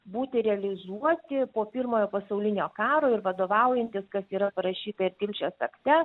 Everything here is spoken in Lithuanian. būti realizuoti po pirmojo pasaulinio karo ir vadovaujantis kas yra parašyta ir tilžės akte